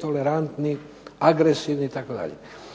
tolerantni, smireni,